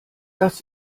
das